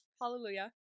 hallelujah